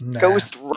Ghost